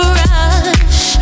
rush